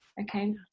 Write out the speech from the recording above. Okay